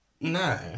no